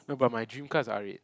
no but my dream car is R-eight